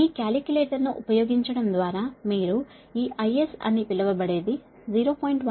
మీ కాలిక్యులేటర్ను ఉపయోగించడం ద్వారా మీరు ఈ IS అని పిలవబడేది 0